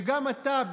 שגם אתה,